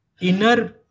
inner